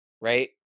right